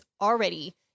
already